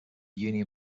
union